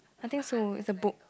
I think so it's a book